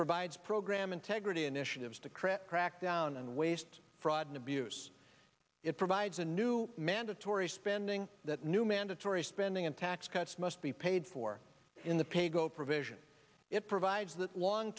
provides program integrity initiatives to crack crack down on waste fraud and abuse it provides a new mandatory spending that new mandatory spending and tax cuts must be paid for in the paygo provision it provides that long